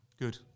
Good